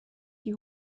die